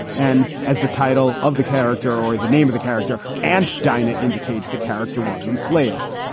and as the title of the character or the name of the character and dinah indicates, the character was enslaved.